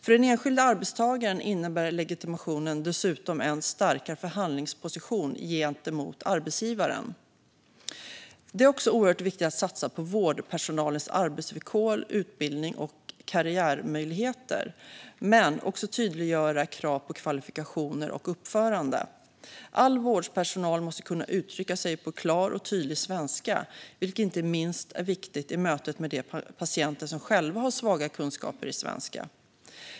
För den enskilde arbetstagaren innebär legitimationen dessutom en starkare förhandlingsposition gentemot arbetsgivaren. Det är oerhört viktigt att satsa på vårdpersonalens arbetsvillkor, utbildning och karriärmöjligheter men också att tydliggöra krav på kvalifikationer och uppförande. All vårdpersonal måste kunna uttrycka sig på klar och tydlig svenska, vilket inte minst är viktigt i mötet med de patienter som själva har svaga kunskaper i svenska.